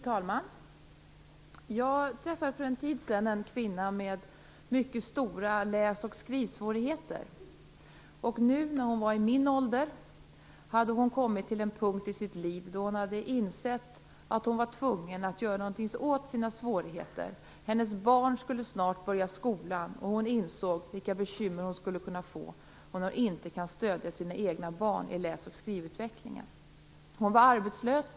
Fru talman! Jag träffade för en tid sedan en kvinna med mycket stora läs och skrivsvårigheter. Nu när hon var i min ålder hade hon kommit till en punkt i sitt liv då hon hade insett att hon var tvungen att göra något åt sina svårigheter. Hennes barn skulle snart börja skolan, och hon insåg vilka bekymmer hon skulle kunna få om hon inte kan stödja sina egna barn i läs och skrivutvecklingen. Hon var arbetslös.